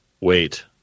wait